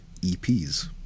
EPs